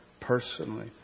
personally